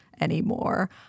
anymore